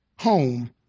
home